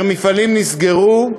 מפעלים נסגרו,